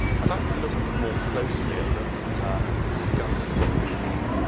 i'd like to look more closely at them and discuss what they mean.